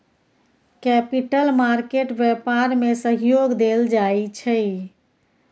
capital market व्यापार में सहयोग देल जाइ छै